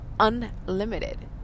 unlimited